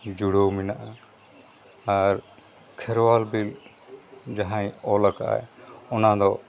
ᱡᱩᱲᱟᱹᱣ ᱢᱮᱱᱟᱜᱼᱟ ᱟᱨ ᱠᱷᱮᱨᱣᱟᱞ ᱵᱤᱨ ᱡᱟᱦᱟᱸᱭ ᱚᱞ ᱠᱟᱜ ᱟᱭ ᱚᱱᱟᱫᱚ